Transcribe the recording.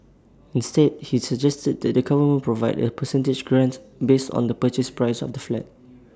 instead he suggested that the government Provide A percentage grant based on the purchase price of the flat